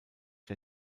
der